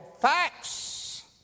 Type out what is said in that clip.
facts